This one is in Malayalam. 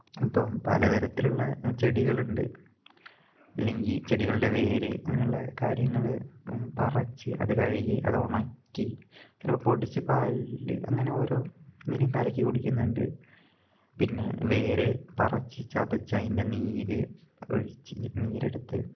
അപ്പം പല തരത്തിലുള്ള ചെടികളുണ്ട് അല്ലെങ്കിൽ ചെടികളുടെ വേര് അങ്ങനുള്ള കാര്യങ്ങൾ പറച്ച് അത് കഴുകി അത് ഉണക്കി ചിലപ്പോൾ പൊടിച്ച് പാലിൽ അങ്ങനെ ഓരോന്നിലും കലക്കി കുടിക്കുന്നുണ്ട് പിന്നെ വേര് പറിച്ച് ചതച്ച് അതിൻ്റെ നീര് ഒഴിച്ച് നീരെടുത്ത്